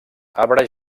arbre